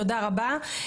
תודה רבה.